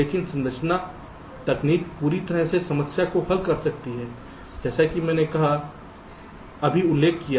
लेकिन संरचना तकनीक पूरी तरह से समस्या को हल कर सकती है जैसा कि मैंने अभी उल्लेख किया है